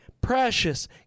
Precious